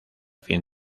fin